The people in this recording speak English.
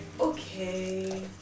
Okay